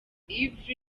yverry